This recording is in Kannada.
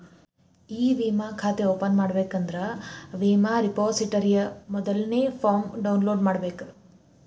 ಇ ವಿಮಾ ಖಾತೆ ಓಪನ್ ಮಾಡಬೇಕಂದ್ರ ವಿಮಾ ರೆಪೊಸಿಟರಿಯ ಮೊದಲ್ನೇ ಫಾರ್ಮ್ನ ಡೌನ್ಲೋಡ್ ಮಾಡ್ಬೇಕ